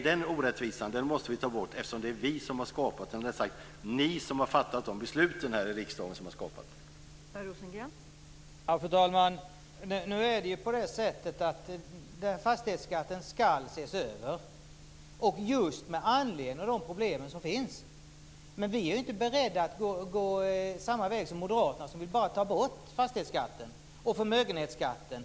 Den orättvisan måste vi ta bort, eftersom det är ni som har fattat besluten här i riksdagen som har skapat den.